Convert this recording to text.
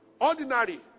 ordinary